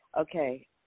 Okay